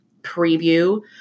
preview